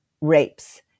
rapes